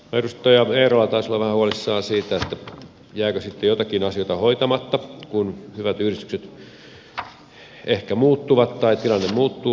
edustaja eerola taisi olla vähän huolissaan siitä jääkö sitten joitakin asioita hoitamatta kun hyvät yhdistykset ehkä muuttuvat tai tilanne muuttuu